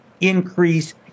increase